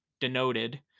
denoted